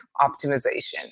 optimization